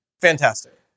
Fantastic